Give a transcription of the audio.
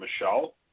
Michelle